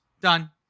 done